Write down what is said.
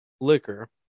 liquor